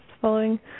following